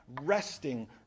resting